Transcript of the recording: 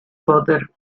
potter